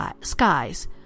skies